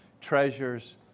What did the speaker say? treasures